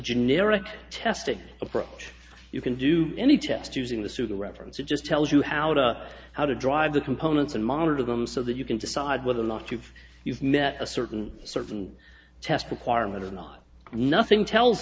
generic testing approach you can do any test using the super reference it just tells you how to how to drive the components and monitor them so that you can decide whether or not you've you've met a certain certain test requirement or not nothing tells